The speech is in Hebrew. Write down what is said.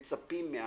הן מצפות מהחקלאות.